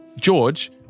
George